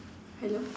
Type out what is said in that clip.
hello